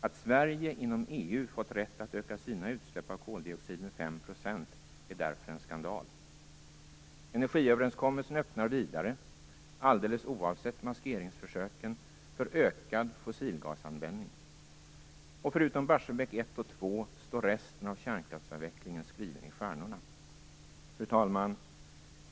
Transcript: Att Sverige inom EU fått rätt att öka sina utsläpp av koldioxid med 5 % är därför en skandal. Energiöverenskommelsen öppnar vidare - alldeles oavsett maskeringsförsöken - för ökad fossilgasanvändning. Förutom Barsebäck 1 och 2 står resten av kärnkraftsavvecklingen skriven i stjärnorna. Fru talman!